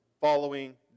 following